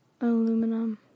aluminum